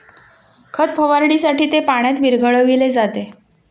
खत फवारणीसाठी ते पाण्यात विरघळविले जाते